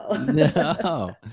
No